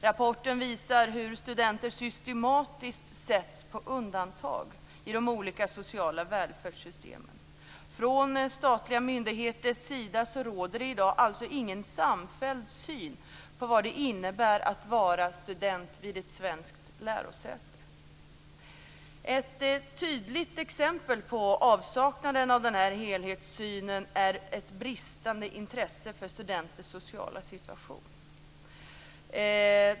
Rapporten visar hur studenter systematiskt sätts på undantag i de olika sociala välfärdssystemen. Statliga myndigheter har i dag ingen samfälld syn på vad det innebär att vara student vid ett svenskt lärosäte. Ett tydligt exempel på avsaknaden av helhetssynen är ett bristande intresse för studenters sociala situation.